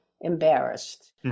embarrassed